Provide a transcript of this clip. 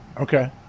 Okay